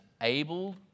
able